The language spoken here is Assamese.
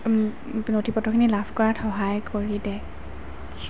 নথিপত্ৰখিনি লাভ কৰাত সহায় কৰি দে